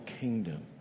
kingdom